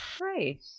Great